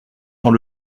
sans